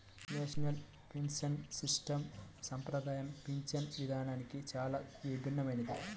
national pension system సంప్రదాయ పింఛను విధానానికి చాలా భిన్నమైనది